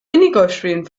minigolfspielen